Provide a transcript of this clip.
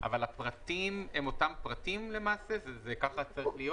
אבל פה זה בטיחות במתקן, ובטיחות זה דבר אחיד